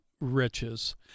riches